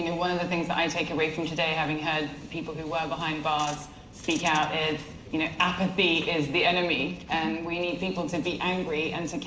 and one of the things i take away from today having heard people who were behind bars speak out is, you know, apathy is the enemy, and we need people to be angry and to care,